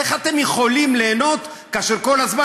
איך אתם יכולים ליהנות כאשר אתם כל הזמן